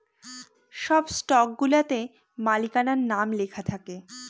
সব স্টকগুলাতে মালিকানার নাম লেখা থাকে